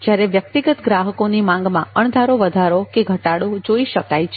જ્યારે વ્યક્તિગત ગ્રાહકોની માંગમાં અણધારો વધારો કે ઘટાડો જોઈ શકાય છે